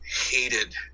hated